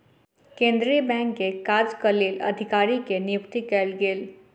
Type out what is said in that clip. केंद्रीय बैंक के काजक लेल अधिकारी के नियुक्ति कयल गेल